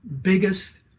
biggest